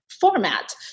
format